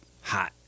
hot